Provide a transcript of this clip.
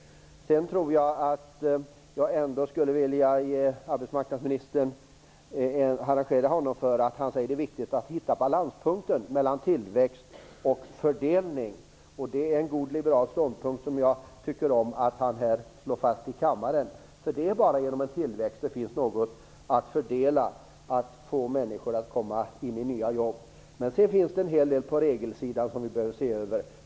Sedan skulle jag vilja harangera arbetsmarknadsministern för att han säger att det är viktigt att hitta balanspunkten mellan tillväxt och fördelning. Det är en god liberal ståndpunkt som jag tycker om att han slår fast i kammaren. Det är bara genom tillväxt som det finns något att fördela och ge människor nya jobb. Men sedan finns det en hel del på regelsidan som vi behöver se över.